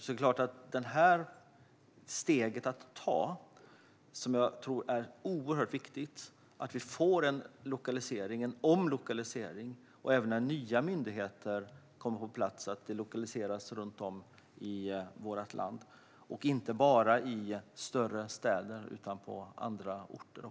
Jag tror att det är oerhört viktigt att vi får en omlokalisering och även att nya myndigheter lokaliseras runt om i vårt land - inte bara i större städer utan också på andra orter.